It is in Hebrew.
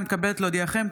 אני מתכבדת להודיעכם,